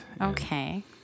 Okay